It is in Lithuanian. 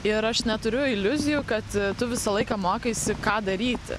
ir aš neturiu iliuzijų kad tu visą laiką mokaisi ką daryti